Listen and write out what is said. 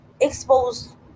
exposed